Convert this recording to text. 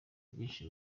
byinshi